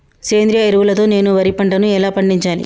సేంద్రీయ ఎరువుల తో నేను వరి పంటను ఎలా పండించాలి?